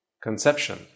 conception